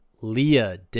Leah